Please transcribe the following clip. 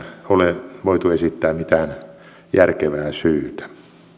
ole voitu esittää mitään järkevää syytä